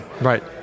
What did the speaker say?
Right